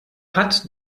hat